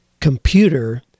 computer